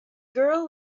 girl